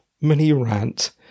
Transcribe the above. mini-rant